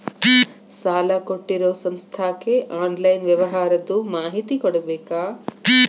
ಸಾಲಾ ಕೊಟ್ಟಿರೋ ಸಂಸ್ಥಾಕ್ಕೆ ಆನ್ಲೈನ್ ವ್ಯವಹಾರದ್ದು ಮಾಹಿತಿ ಕೊಡಬೇಕಾ?